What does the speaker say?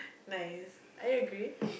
nice I agree